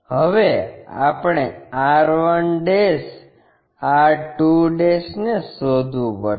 હવે આપણે r 1 r 2 ને શોધવું પડશે